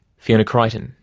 fiona crichton,